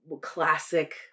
classic